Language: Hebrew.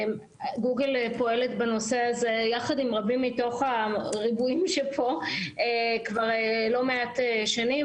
גוגל פועלת בנושא הזה יחד עם רבים כבר לא מעט שנים,